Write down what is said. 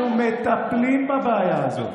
אנחנו מטפלים בבעיה הזאת.